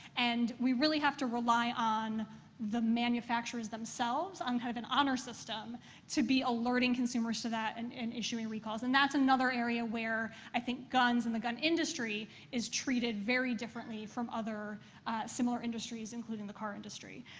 and we really have to rely on the manufacturers themselves on kind of an honor system to be alerting consumers to that and and issuing recalls. and that's another area where i think guns and the gun industry is treated very differently from other similar industries, including the car industry.